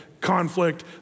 conflict